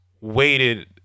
Waited